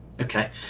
Okay